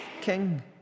king